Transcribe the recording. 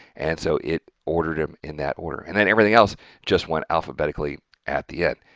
and so it ordered them in that order, and then everything else just went alphabetically at the end.